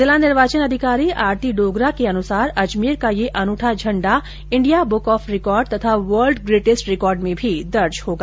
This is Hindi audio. जिला निर्वाचन अधिकारी आरती डोगरा के अनुसार अजमेर का यह अनूठा झंडा इंडिया बुक ऑफ रिकॉर्ड तथा वर्ल्ड ग्रेटेस्ट रिकॉर्ड में भी दर्ज होगा